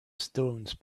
stones